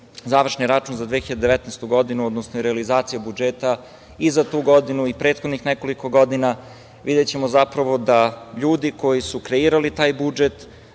završni račun za 2019. godinu, odnosno realizaciju budžeta za tu godinu i za prethodnih nekoliko godina, videćemo zapravo da su ljudi koji su kreirali taj budžet